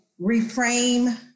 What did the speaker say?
reframe